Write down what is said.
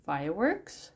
Fireworks